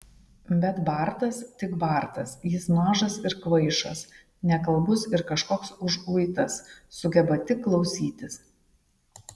bet bartas tik bartas jis mažas ir kvaišas nekalbus ir kažkoks užuitas sugeba tik klausytis